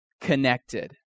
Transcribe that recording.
connected